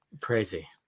Crazy